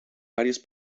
varios